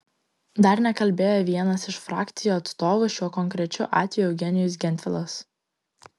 dar nekalbėjo vienas iš frakcijų atstovų šiuo konkrečiu atveju eugenijus gentvilas